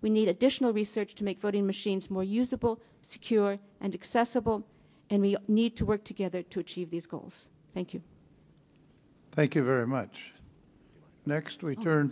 we need additional research to make voting machines more usable secure and accessible and we need to work together to achieve these goals thank you thank you very much next we turn